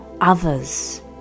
others